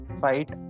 fight